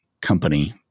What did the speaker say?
company